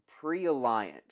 pre-Alliance